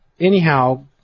Anyhow